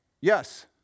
Yes